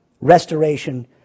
Restoration